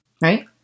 right